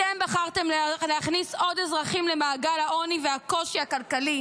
אתם בחרתם להכניס עוד אזרחים למעגל העוני והקושי הכלכלי.